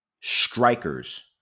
strikers